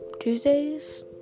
Tuesdays